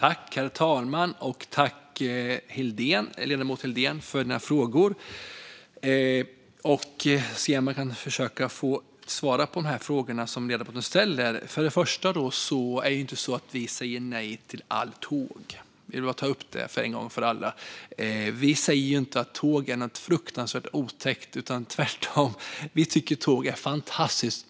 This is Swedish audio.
Herr talman! Tack, ledamoten Daniel Helldén, för frågorna som du ställer! Jag ska försöka svara på dem. För det första säger vi inte nej till allt tåg. Jag vill bara ta upp det en gång för alla. Vi säger inte att tåg är något fruktansvärt otäckt, utan vi tycker tvärtom att tåg är fantastiskt!